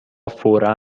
فورا